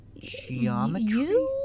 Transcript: geometry